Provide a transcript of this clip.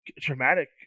traumatic